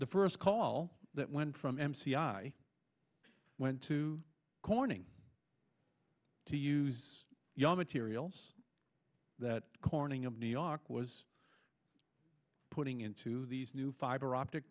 the first call that went from m c i went to corning to use your materials that corning of new york was putting into these new fiber optic